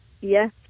yes